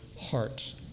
heart